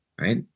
right